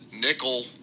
nickel